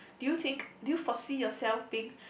do you think do you foresee yourself being